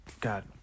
god